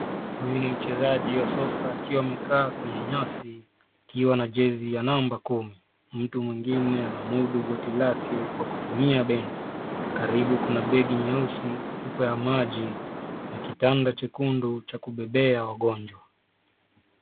Huyu ni mchezaji wa soka wakiwa wamekaa kwenye nyasi wakiwa na jezi ya namba kuu. Mtu mwingine anamudu goti lake kwa kutumia bendi. Karibu kuna begi nyeusi, chupa ya maji na kitanda jekundu cha kubebea wagonjwa.